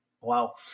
Wow